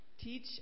teach